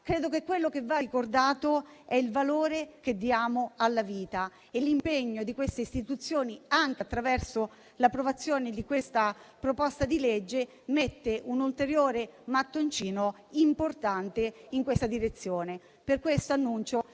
Credo che quello che va ricordato sia il valore che diamo alla vita e l'impegno delle istituzioni, anche attraverso l'approvazione di questa proposta di legge, mette un ulteriore mattoncino importante in questa direzione. Per questo annuncio